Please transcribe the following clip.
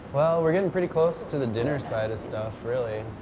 well we're getting pretty close to the dinner side of stuff really.